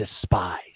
despise